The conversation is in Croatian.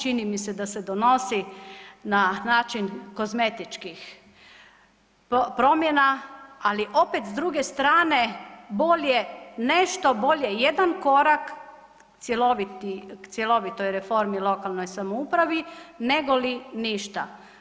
Čini mi se da se donosi na način kozmetičkih promjena, ali opet s druge strane bolje nešto, bolje i jedan korak cjelovitoj reformi lokalnoj samoupravi negoli ništa.